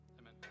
Amen